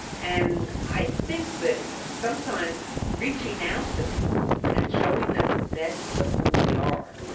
and i think that sometimes reaching out to people and showing them the best of who we are,